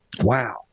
Wow